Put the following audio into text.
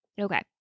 Okay